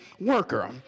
worker